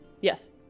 Yes